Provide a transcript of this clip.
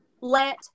let